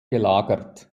gelagert